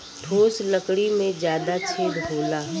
ठोस लकड़ी में जादा छेद होला